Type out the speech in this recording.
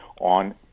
on